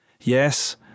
Yes